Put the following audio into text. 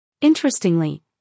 Interestingly